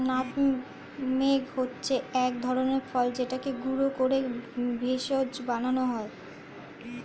nutmeg হচ্ছে এক ধরনের ফল যেটাকে গুঁড়ো করে ভেষজ বানানো হয়